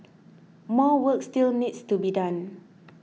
more work still needs to be done